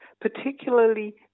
particularly